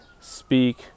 speak